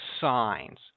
signs